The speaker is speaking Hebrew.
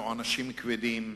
עונשים כבדים,